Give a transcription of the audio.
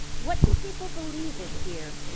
what do people believe in here?